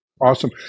Awesome